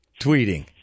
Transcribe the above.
tweeting